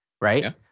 right